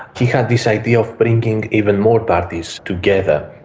he had this idea of bringing even more parties together,